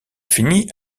fini